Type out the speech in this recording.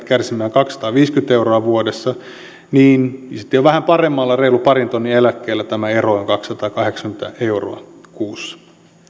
kärsimään kaksisataaviisikymmentä euroa vuodessa suhteessa palkansaajaan niin sitten jo vähän paremmalla reilun parin tonnin eläkkeellä tämä ero on kaksisataakahdeksankymmentä euroa kuussa mitä tulee